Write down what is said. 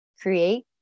create